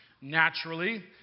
Naturally